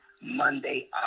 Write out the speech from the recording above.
Monday